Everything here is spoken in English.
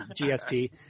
GSP